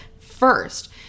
first